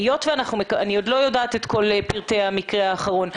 אני עוד לא יודעת את כל פרטי המקרה האחרון,